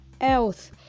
health